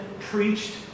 preached